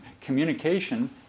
communication